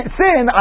sin